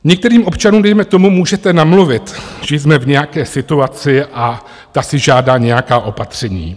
Některým občanům dejme tomu můžete namluvit, že jsme v nějaké situaci a ta si žádá nějaká opatření.